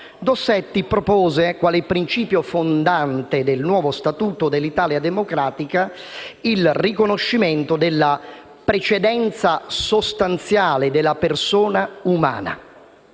Dossetti propose quale principio fondante del nuovo Statuto dell'Italia democratica il riconoscimento della precedenza sostanziale della persona umana